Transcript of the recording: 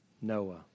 Noah